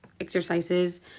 exercises